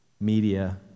Media